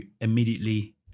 immediately